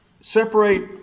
separate